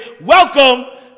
welcome